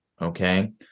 Okay